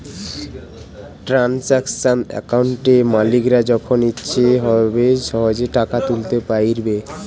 transaction অ্যাকাউন্টে মালিকরা যখন ইচ্ছে হবে সহেজে টাকা তুলতে পাইরবে